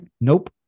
Nope